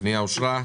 הפנייה אושרה.